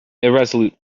irresolute